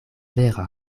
vera